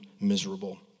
miserable